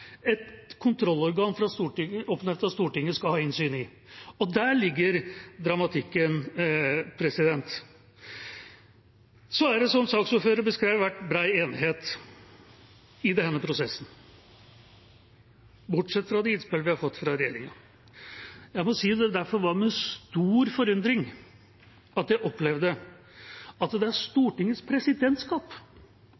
et kontrollorgan oppnevnt av Stortinget skal ha innsyn i. Der ligger dramatikken. Så har det, som saksordføreren beskrev, vært bred enighet i denne prosessen, bortsett fra når det gjelder de innspillene vi har fått fra regjeringa. Jeg må derfor si det var med stor forundring jeg opplevde at det